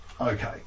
okay